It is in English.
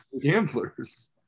gamblers